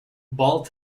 ball